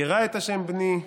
ירא את ה' בני,